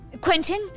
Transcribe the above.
Quentin